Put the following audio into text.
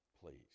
please